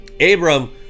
Abram